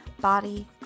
body